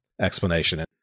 explanation